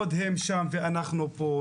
עוד הם שם ואנחנו פה.